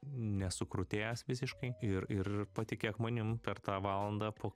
nesukrutėjęs visiškai ir ir patikėk manim per tą valandą po